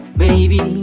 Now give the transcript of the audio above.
baby